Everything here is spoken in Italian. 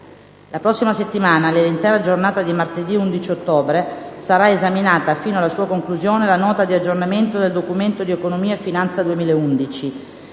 La prossima settimana, nell'intera giornata di martedì 11 ottobre, sarà esaminata, fino alla sua conclusione, la Nota di aggiornamento del Documento dì economia e finanza 2011.